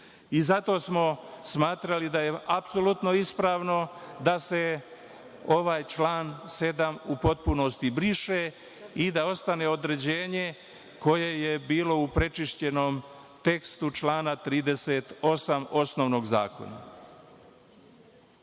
smo smatrali da je apsolutno ispravno da se ovaj član 7. u potpunosti briše i da ostane određenje koje je bilo u prečišćenom tekstu člana 38. osnovnog zakona.